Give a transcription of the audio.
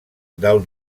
del